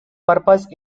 purpose